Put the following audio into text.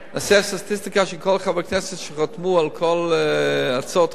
תעשה סטטיסטיקה של כל חברי הכנסת שחתמו על כל הצעות חוק,